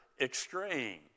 extreme